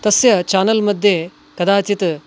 तस्य चानल् मध्ये कदाचित्